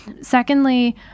Secondly